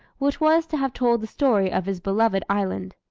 which was to have told the story of his beloved island.